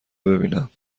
ببینم